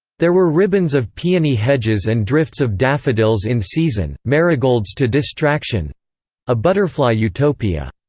there were ribbons of peony hedges and drifts of daffodils in season, marigolds to distraction a butterfly utopia.